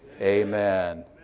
Amen